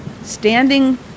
standing